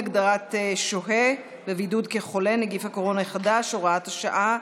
הגדרת שוהה בבידוד כחולה) (נגיף הקורונה החדש) (הוראת שעה),